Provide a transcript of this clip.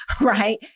right